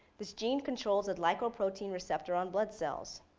this gene controls a glycoprotein receptor on blood cells.